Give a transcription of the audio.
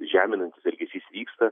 žeminantis elgesys vyksta